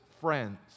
friends